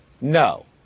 No